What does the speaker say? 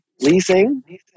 leasing